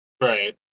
Right